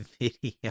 video